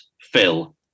phil